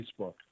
Facebook